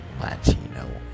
Latino